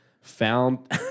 found